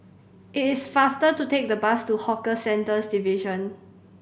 it is faster to take the bus to Hawker Centres Division